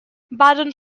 baron